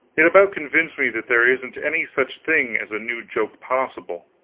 it about convinced me that there isn't any such thing as a new joke possible.